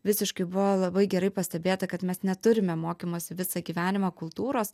visiškai buvo labai gerai pastebėta kad mes neturime mokymosi visą gyvenimą kultūros